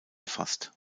erfasst